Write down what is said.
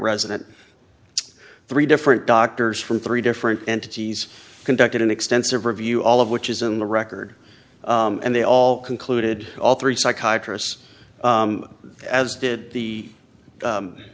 resident three different doctors from three different entities conducted an extensive review all of which is in the record and they all concluded all three psychiatrists as did the